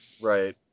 Right